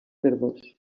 verdós